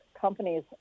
companies